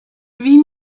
wie